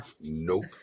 Nope